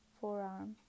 forearm